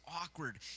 awkward